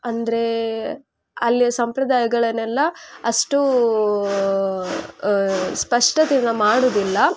ಅಂದರೆ ಅಲ್ಲಿಯ ಸಂಪ್ರದಾಯಗಳನ್ನೆಲ್ಲ ಅಷ್ಟು ಸ್ಪಷ್ಟದಿಂದ ಮಾಡೋದಿಲ್ಲ